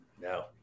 no